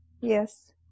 Yes